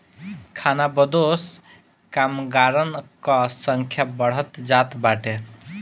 खानाबदोश कामगारन कअ संख्या बढ़त जात बाटे